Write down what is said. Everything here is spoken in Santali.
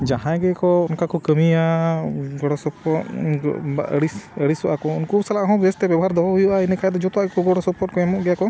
ᱡᱟᱦᱟᱸᱭ ᱜᱮᱠᱚ ᱚᱱᱠᱟ ᱠᱚ ᱠᱟᱹᱢᱤᱭᱟ ᱜᱚᱲᱚ ᱥᱚᱯᱚᱦᱚᱫ ᱟᱹᱲᱤᱥ ᱟᱹᱲᱤᱥᱚᱜᱼᱟ ᱠᱚ ᱩᱱᱠᱩ ᱥᱟᱞᱟᱜ ᱦᱚᱸ ᱵᱮᱥ ᱛᱮ ᱵᱮᱵᱚᱦᱟᱨ ᱫᱚᱦᱚ ᱦᱩᱭᱩᱜᱼᱟ ᱤᱱᱟᱹ ᱠᱷᱟᱱ ᱫᱚ ᱡᱚᱛᱚᱣᱟᱜ ᱜᱚᱲᱚ ᱥᱚᱯᱚᱦᱚᱫ ᱠᱚ ᱮᱢᱚᱜ ᱜᱮᱭᱟ ᱠᱚ